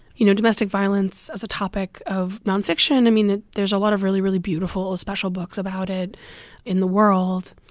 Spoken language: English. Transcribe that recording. you know, domestic violence as a topic of nonfiction, i mean, there's a lot of really, really beautiful, ah special books about it in the world,